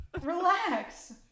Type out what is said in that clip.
Relax